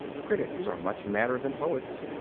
critics are much madder than poets.